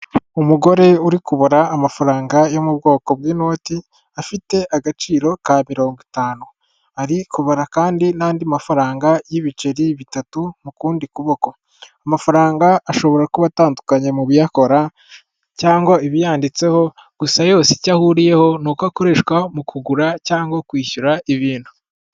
Umugore uri kubara amafaranga yo mu bwoko bw'inoti afite agaciro ka mirongo itanu ari kubara kandi n'andi mafaranga y'ibiceri bitatu mukundi kuboko. Amafaranga ashobora kuba atandukanye mu kuyakora cyangwa ibiyanditseho gusa yose icyo ahuriyeho ni uko akoreshwa mu kugura cyangwa kwishyura ibintu.